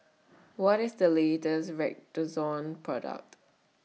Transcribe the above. What IS The latest Redoxon Product